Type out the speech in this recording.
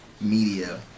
media